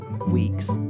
week's